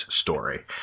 story